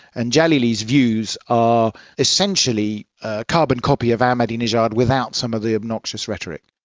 and jalili's views are essentially a carbon copy of ahmadinejad without some of the obnoxious rhetoric.